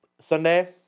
Sunday